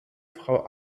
frau